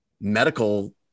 medical